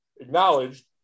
acknowledged